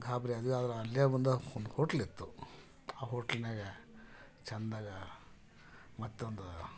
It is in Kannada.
ಗಾಬರಿಯಾದ್ವಿ ಆದರೆ ಅಲ್ಲೇ ಮುಂದೆ ಒಂದು ಹೋಟ್ಲಿತ್ತು ಆ ಹೋಟ್ಲ್ನ್ಯಾಗ ಚೆಂದಾಗ ಮತ್ತೊಂದು